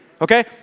okay